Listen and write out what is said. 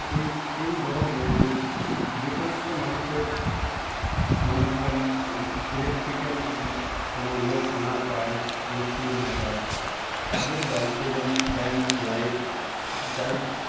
সে এই গরমে যে যেসমস্ত মানুষের মানুষজন ইলেকট্রিক্যাল কোনো লোক না পায় মিস্ত্রি যদি না পায় তাদের বাড়িতে যদি ফ্যান লাইট যাই